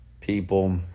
people